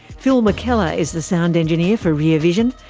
phil mckellar is the sound engineer for rear vision.